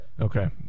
Okay